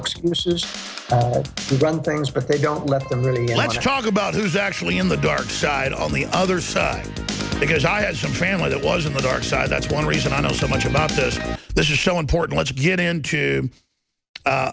excuse it's done things but they don't let the let's talk about who's actually in the dark side on the other side because i had some family that was in the dark side that's one reason i know so much about this this is so important let's get into